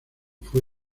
fue